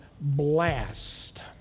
blast